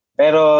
pero